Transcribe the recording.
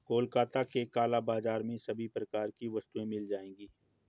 कोलकाता के काला बाजार में सभी प्रकार की वस्तुएं मिल जाएगी